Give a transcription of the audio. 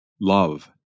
Love